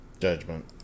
Judgment